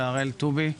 הראל טובי,